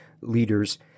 leaders